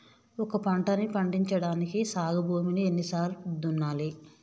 ఒక పంటని పండించడానికి సాగు భూమిని ఎన్ని సార్లు దున్నాలి?